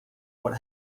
what